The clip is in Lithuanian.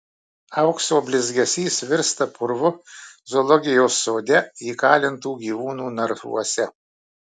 aukso blizgesys virsta purvu zoologijos sode įkalintų gyvūnų narvuose